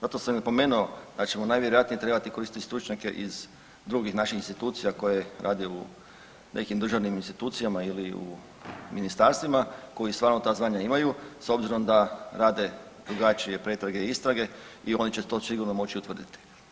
Zato sam i napomenuo da ćemo najvjerojatnije trebati koristiti stručnjake iz drugih naših institucija koje rade u nekim državnim institucijama ili u ministarstvima koji stvarno ta znanja imaju s obzirom da rade drugačije pretrage, istrage i oni će to sigurno moći utvrditi.